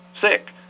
sick